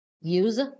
Use